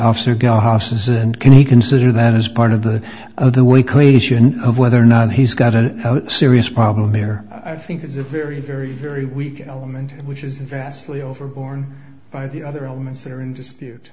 officer got houses and can he consider that as part of the other way could issue of whether or not he's got a serious problem here i think is a very very very weak element which is vastly over borne by the other elements that are in dispute